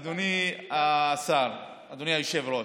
אדוני השר, אדוני היושב-ראש,